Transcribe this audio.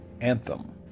anthem